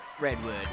Redwood